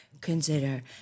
consider